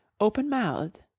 open-mouthed